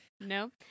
no